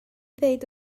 ddweud